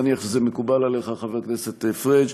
אני מניח שזה מקובל עליך, חבר הכנסת פריג'.